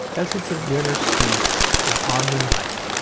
essence of winter sleep is on the night,